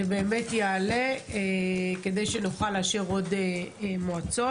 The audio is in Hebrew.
באמת יעלה כדי שנוכל לאשר עוד מועצות.